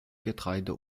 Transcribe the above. getreide